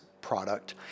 product